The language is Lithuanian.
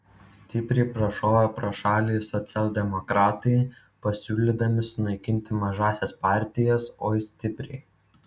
stipriai prašovė pro šalį socialdemokratai pasiūlydami sunaikinti mažąsias partijas oi stipriai